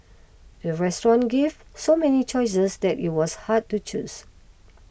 the restaurant gave so many choices that it was hard to choose